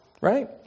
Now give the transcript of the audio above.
Right